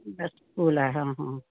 best school ਹੈ ਹਾਂ ਹਾਂ